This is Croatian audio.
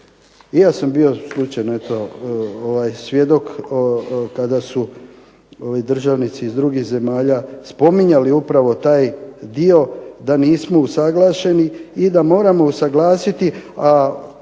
I ja sam bio slučajno eto svjedok kada su državnici iz drugih zemalja spominjali upravo taj dio da nismo usuglašeni i da moramo usuglasiti, a